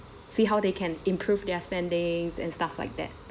see how they can improve their spendings and stuff like that